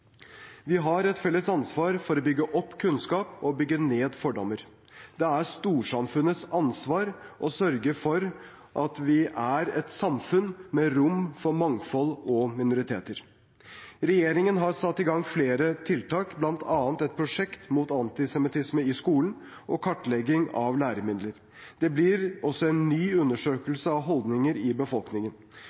Vi har et felles ansvar for å bygge opp kunnskap og bygge ned fordommer. Det er storsamfunnets ansvar å sørge for at vi er et samfunn med rom for mangfold og minoriteter. Regjeringen har satt i gang flere tiltak, bl.a. et prosjekt mot antisemittisme i skolen og kartlegging av læremidler. Det blir også en ny undersøkelse av holdninger i befolkningen.